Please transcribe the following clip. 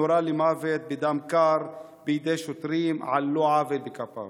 נורה למוות בדם קר בידי שוטרים על לא עוול בכפו.